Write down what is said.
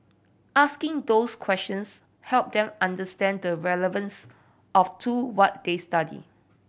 asking those questions helped them understand the relevance of to what they study